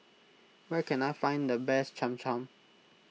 where can I find the best Cham Cham